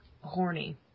horny